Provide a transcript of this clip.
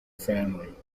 family